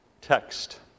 text